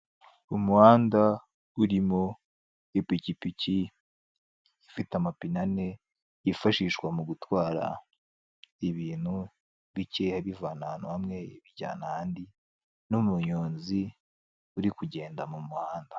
Inzu isize amabara y'iroza ndetse n'ibirahure, ni inzu y'amagorofa ane imbere yayo hahagaze ama modoka menshi ndetse n'umuntu umwe wambaye imyenda y'umweru uri hagati y'ayo ma modoka.